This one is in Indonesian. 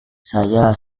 saya